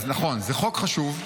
נכון, זה חוק חשוב.